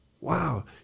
wow